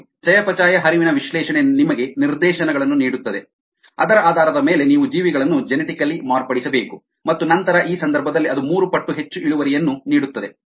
ಇಲ್ಲಿ ನೋಡಿ ಚಯಾಪಚಯ ಹರಿವಿನ ವಿಶ್ಲೇಷಣೆ ನಿಮಗೆ ನಿರ್ದೇಶನಗಳನ್ನು ನೀಡುತ್ತದೆ ಅದರ ಆಧಾರದ ಮೇಲೆ ನೀವು ಜೀವಿಗಳನ್ನು ಜೆನೆಟಿಕಲಿ ಮಾರ್ಪಡಿಸಬೇಕು ಮತ್ತು ನಂತರ ಈ ಸಂದರ್ಭದಲ್ಲಿ ಅದು ಮೂರು ಪಟ್ಟು ಹೆಚ್ಚು ಇಳುವರಿಯನ್ನು ನೀಡುತ್ತದೆ